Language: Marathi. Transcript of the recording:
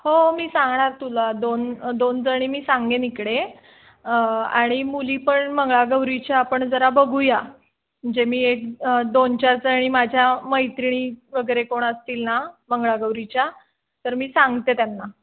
हो मी सांगणार तुला दोन दोन जणी मी सांगेन इकडे आणि मुली पण मंगळागौरीच्या आपण जरा बघूया म्हणजे मी एक दोन चार जणी माझ्या मैत्रिणी वगैरे कोण असतील ना मंगळागौरीच्या तर मी सांगते त्यांना